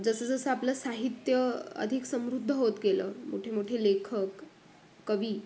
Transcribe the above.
जसंजसं आपलं साहित्य अधिक समृद्ध होत गेलं मोठे मोठे लेखक कवी